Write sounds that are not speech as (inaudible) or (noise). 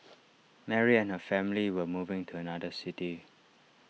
(noise) Mary and her family were moving to another city